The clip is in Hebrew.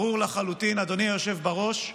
ברור לחלוטין, אדוני היושב בראש,